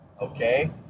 okay